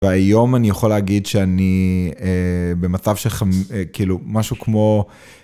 והיום אני יכול להגיד שאני במצב שכאילו משהו כמו.